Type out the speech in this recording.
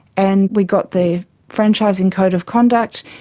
and we got the franchising code of conduct,